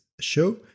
show